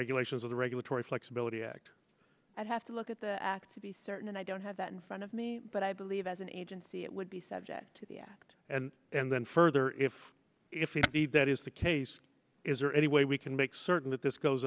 regulations of the regulatory flexibility act that have to look at the act to be certain i don't have that in front of me but i believe as an agency it would be subject to the act and then further if if indeed that is the case is there any way we can make certain that this goes